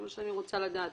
אני לא רוצה שיידעו,